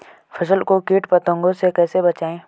फसल को कीट पतंगों से कैसे बचाएं?